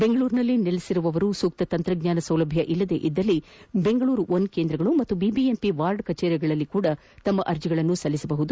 ಬೆಂಗಳೂರಿನಲ್ಲಿ ನೆಲೆಸಿರುವವರು ಸೂಕ್ತ ತಂತ್ರಜ್ಞಾನ ಸೌಲಭ್ಯವಿಲ್ಲದಿದ್ದಲ್ಲಿ ಬೆಂಗಳೂರು ಒನ್ ಕೇಂದ್ರಗಳು ಬಿಬಿಎಂಪಿ ವಾರ್ಡ್ ಕಚೇರಿಗಳಲ್ಲೂ ಅರ್ಜ ಸಲ್ಲಿಸಬಹುದು